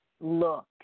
look